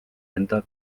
enda